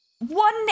One